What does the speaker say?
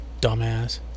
dumbass